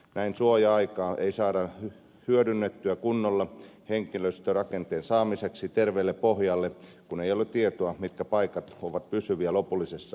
näin suoja aikaa ei saada hyödynnettyä kunnolla henkilöstörakenteen saamiseksi terveelle pohjalle kun ei ole tietoa mitkä paikat ovat pysyviä lopullisessa organisaatiossa